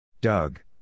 Doug